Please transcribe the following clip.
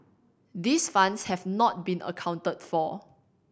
these funds have not been accounted for